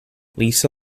lisa